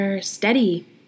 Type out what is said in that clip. steady